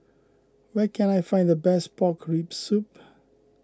where can I find the best Pork Rib Soup